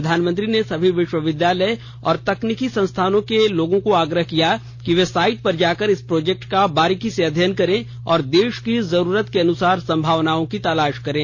प्रधानमंत्री ने सभी विश्वविद्यालय और तकनीकी संस्थान के लोगों से आग्रह किया कि वे साईट पर जाकर इस प्रोजेक्ट का बारीकी से अध्ययन करें और देश की जरूरत के अनुसार संभावनाओं की तलाश करें